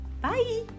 Bye